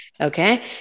Okay